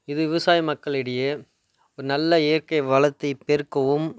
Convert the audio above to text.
இது விவசாய மக்களிடையே ஒரு நல்ல இயற்கை வளத்தை பெருக்கவும்